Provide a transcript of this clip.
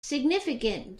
significant